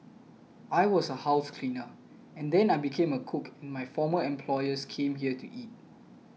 I was a house cleaner and then I became a cook and my former employers came here to eat